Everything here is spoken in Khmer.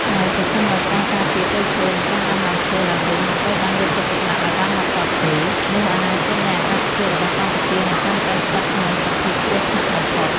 ហើយប្រសិនបើការការពារព្រៃឈើ និងការដាំដើមឈើឡើងវិញមិនត្រូវបានយកចិត្តទុកដាក់ឱ្យបានហ្មត់ចត់ទេ នោះអនាគតនៃអាកាសធាតុរបស់កម្ពុជានឹងកាន់តែស្ថិតក្នុងសភាពគ្រោះថ្នាក់បំផុត។